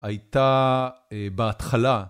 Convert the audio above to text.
הייתה בהתחלה